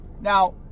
Now